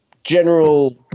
general